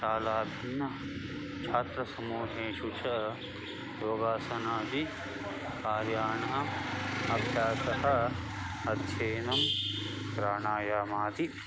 शालाभिन्नछात्रसमूहेषु च योगासनादि कार्याणि अभ्यासः अध्ययनं प्राणायामादि